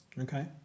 Okay